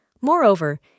Moreover